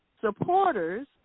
Supporters